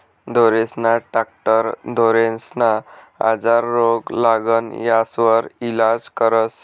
ढोरेस्ना डाक्टर ढोरेस्ना आजार, रोग, लागण यास्वर इलाज करस